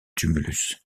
tumulus